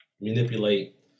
manipulate